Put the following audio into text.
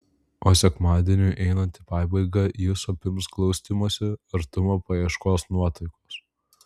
o sekmadieniui einant į pabaigą jus apims glaustymosi artumo paieškos nuotaikos